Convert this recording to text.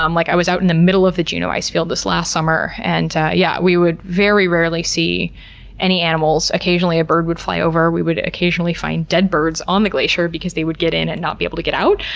um like i was out in the middle of the juneau icefield this last summer, and yeah we would very rarely see any animals. occasionally a bird would fly over. we would occasionally find dead birds on the glacier because they would get in and not be able to get out.